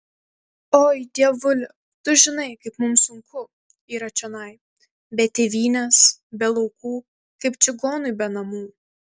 oi dievuli tu žinai kaip mums sunku yra čionai be tėvynės be laukų kaip čigonui be namų